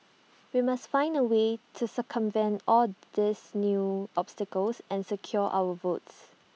we must find A way to circumvent all these new obstacles and secure our votes